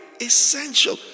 essential